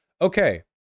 Okay